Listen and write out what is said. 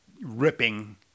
ripping